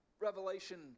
revelation